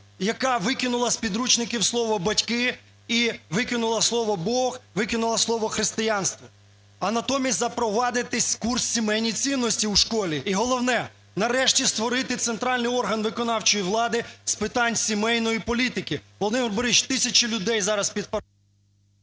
яка викинула з підручників слово "батьки" і викинула слово "Бог", викинула слово "християнство", а натомість запровадити курс "Сімейні цінності" у школі. І головне – нарешті створити центральний орган виконавчої влади з питань сімейної політики. Володимире Борисовичу, тисячі людей зараз під…